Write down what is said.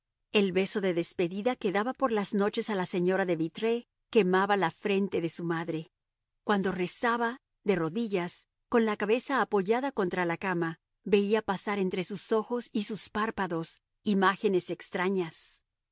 el beso de despedida que daba por las noches a la señora de vitré quemaba la frente de su madre cuando rezaba de rodillas con la cabeza apoyada contra la cama veía pasar entre sus ojos y sus párpados imágenes extrañas